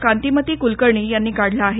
कांतीमती कुलकर्णी यांनी काढला आहे